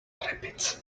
rabbits